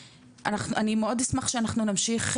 אני מאוד אשמח שאנחנו נמשיך